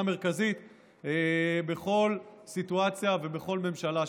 מרכזית בכל סיטואציה ובכל בממשלה שתקום.